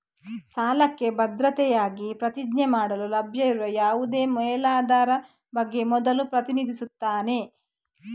ಸಾಲಕ್ಕೆ ಭದ್ರತೆಯಾಗಿ ಪ್ರತಿಜ್ಞೆ ಮಾಡಲು ಲಭ್ಯವಿರುವ ಯಾವುದೇ ಮೇಲಾಧಾರದ ಬಗ್ಗೆ ಮೊದಲು ಪ್ರತಿನಿಧಿಸುತ್ತಾನೆ